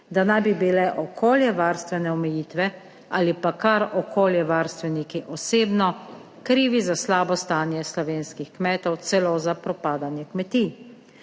da naj bi bile okoljevarstvene omejitve ali pa kar okoljevarstveniki osebno krivi za slabo stanje slovenskih kmetov, celo za propadanje kmetij.